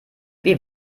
wie